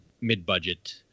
mid-budget